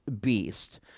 beast